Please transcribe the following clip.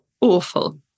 awful